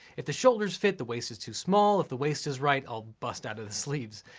if the shoulders fit, the waist is too small. if the waist is right, i'll bust out of the sleeves.